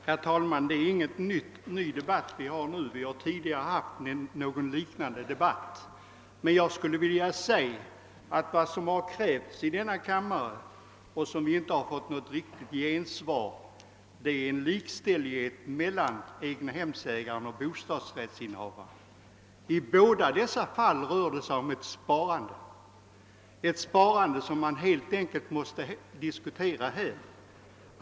Herr talman! Detta är ingen debatt i en ny fråga. Vi har tidigare haft en liknande debatt förut. Men jag skulle vilja säga att vad som har krävts i denna kammare och som inte har fått något riktigt gensvar är en likställighet mellan egnahemsägaren och bostadsrättsinnehavaren. I båda dessa fall rör det sig om ett sparande, ett sparande som man helt enkelt måste ta hänsyn till.